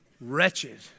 Wretched